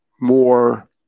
more